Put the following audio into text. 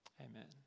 Amen